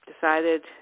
decided